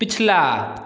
पिछला